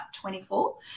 24